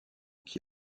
qui